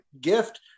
gift